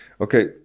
Okay